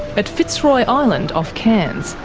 at fitzroy island off cairns,